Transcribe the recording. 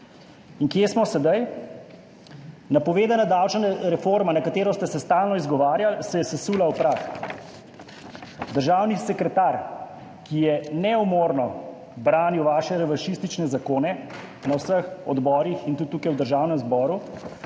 In kje smo sedaj? Napovedana davčna reforma, na katero ste se stalno izgovarjali, se je sesula v prah. Državni sekretar, ki je neumorno branil vaše revanšistične zakone na vseh odborih in tudi tukaj v Državnem zboru,